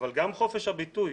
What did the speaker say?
אבל גם חופש הביטוי,